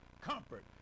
comfort